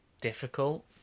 difficult